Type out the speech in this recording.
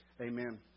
amen